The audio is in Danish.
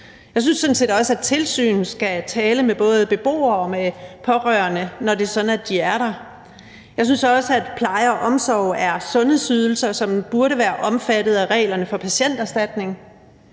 set også, at tilsynet skal tale med både beboere og med pårørende, når det er sådan, at de er der. Og jeg synes også, at pleje og omsorg er sundhedsydelser, som burde være omfattet af reglerne for patienterstatning.